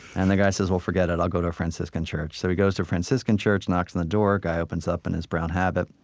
and the guy says, well, forget it. i'll go to a franciscan church. so he goes to a franciscan church, knocks on the door, guy opens up in his brown habit.